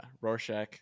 Rorschach